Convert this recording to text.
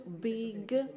big